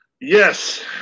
Yes